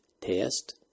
test